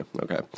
okay